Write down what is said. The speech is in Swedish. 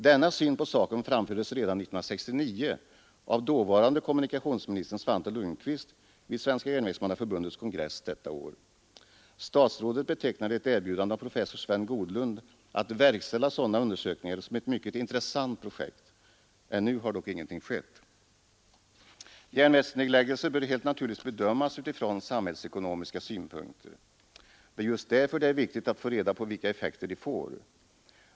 Denna syn på saken framfördes redan 1969 av dåvarande kommunikationsministern Svante Lundkvist vid Svenska järnvägsmannaförbundets kongress detta år. S verkställa sådana undersökningar såsom ett mycket intressant projekt. Ännu har dock ingenting skett. Järnvägsnedläggelser bör helt naturligt bedömas utifrån samhällsekonomiska synpunkter. Det är just därför det är viktigt att få reda på vilka effekter de får.